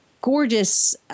gorgeous